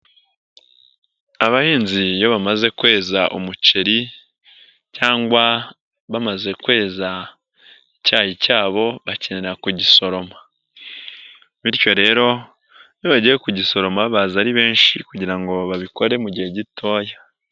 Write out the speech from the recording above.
Abahinzi iyo bamaze kweza umuceri cyangwa bamaze kweza icyayi cyabo bakenera kugisoroma, bityo rero iyo bagiye kugisoroma baza ari benshi kugira ngo babikore mu gihe gitoya.